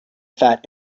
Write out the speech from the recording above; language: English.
fat